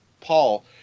Paul